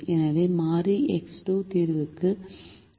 எனவே மாறி எக்ஸ் 2 தீர்வுக்கு வரலாம்